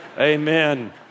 Amen